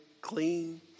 clean